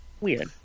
Weird